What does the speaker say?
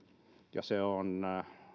ja se on